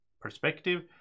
perspective